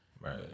Right